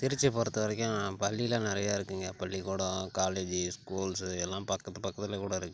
திருச்சியை பொறுத்த வரைக்கும் பள்ளியெல்லாம் நிறைய இருக்குதுங்க பள்ளிக்கூடம் காலேஜு ஸ்கூல்ஸு எல்லாம் பக்கத்து பக்கத்திலே கூட இருக்குது